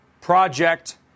project